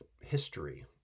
history